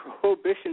prohibition